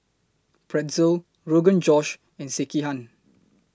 Pretzel Rogan Josh and Sekihan